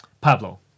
Pablo